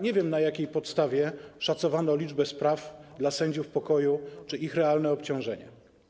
Nie wiem, na jakiej podstawie szacowano liczbę spraw dla sędziów pokoju czy ich realne obciążenie.